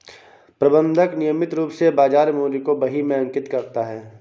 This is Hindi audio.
प्रबंधक नियमित रूप से बाज़ार मूल्य को बही में अंकित करता है